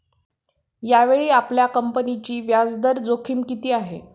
यावेळी आपल्या कंपनीची व्याजदर जोखीम किती आहे?